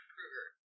Krueger